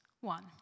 One